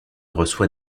reçoit